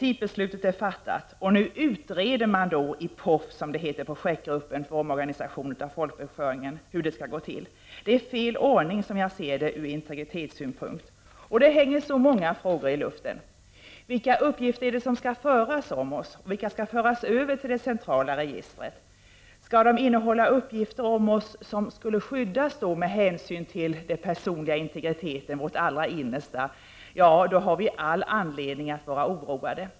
Principbeslutet är fattat och nu utreder man inom POFF - projektgruppen för omorganisation av folkbokföringen — hur detta skall gå till. Jag anser att detta från integritetssynpunkt är fel ordning. Många frågor hänger i luften. Vilka uppgifter är det som skall föras om oss? Vilka skall föras till det centrala registret? Om registret skall innehålla uppgifter om oss som borde skyddas med hänsyn till vår personliga integritet, vårt allra innersta, har vi all anledning att vara oroade.